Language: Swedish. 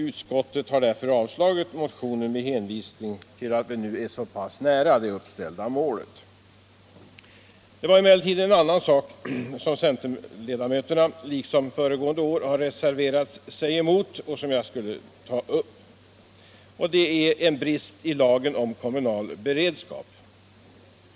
Utskottet har därför avstyrkt motionen med hänvisning till att vi nu är så pass nära det uppställda målet. Det är emellertid en annan sak, som centerledamöterna liksom föregående år har reserverat sig emot och som jag skulle vilja ta upp, nämligen en brist i lagen om kommunal. beredskap.